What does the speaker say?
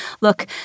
Look